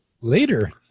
later